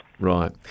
Right